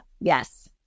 yes